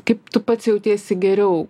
kaip tu pats jautiesi geriau